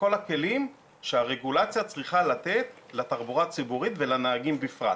ובכל הכלים שהרגולציה צריכה לתת לתחבורה הציבורית ולנהגים בפרט.